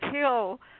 Kill